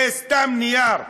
זה סתם נייר.